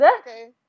Okay